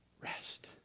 Rest